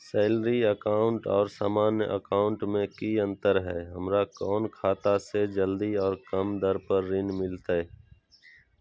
Salary account और सामान्य account मे की अंतर है हमरा कौन खाता से जल्दी और कम दर पर ऋण मिलतय?